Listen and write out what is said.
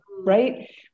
right